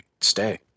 stay